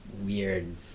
weird